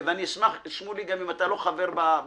אני עובר עכשיו למיפוי אותם חסמים שמונעים מאתנו לעבור